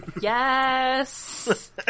Yes